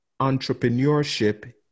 entrepreneurship